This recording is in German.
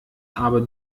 aber